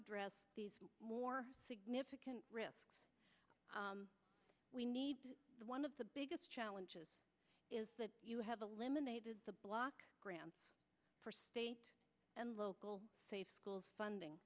address these more significant risks we need one of the biggest challenges is that you have a lemonade the block grant for state and local schools funding